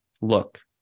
Look